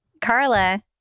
Carla